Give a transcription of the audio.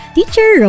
Teacher